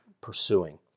pursuing